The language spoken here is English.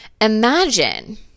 Imagine